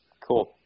Cool